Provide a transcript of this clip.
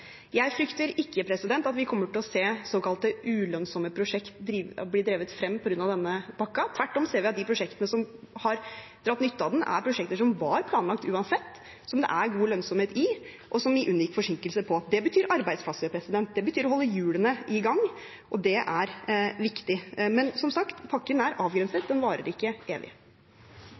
Jeg mener at det var riktig. Jeg frykter ikke at vi kommer til å se såkalte ulønnsomme prosjekter bli drevet frem av denne pakken. Tvert om ser vi at de prosjektene som har dratt nytte av den, er prosjekter som var planlagt uansett, som det er god lønnsomhet i, og som vi unngikk forsinkelser på. Det betyr arbeidsplasser, det betyr å holde hjulene i gang, og det er viktig. Men som sagt, pakken er avgrenset, den varer ikke evig.